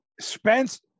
Spence